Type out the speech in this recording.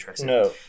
No